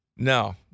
No